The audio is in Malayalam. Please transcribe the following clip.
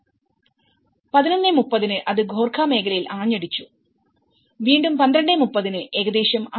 1130 ന് അത് ഗോർഖ മേഖലയിൽ ആഞ്ഞടിച്ചു വീണ്ടും 1230 ന് ഏകദേശം 6